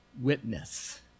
witness